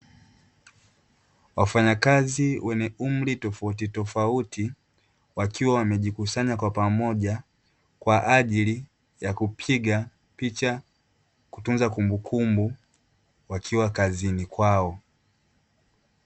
Wafanyakazi wenye umri tofautitofauti wakiwa wamejikusanya kwa pamoja kwa ajili ya kupiga picha kutunza kumbukumbu, wakiwa kazini kwao.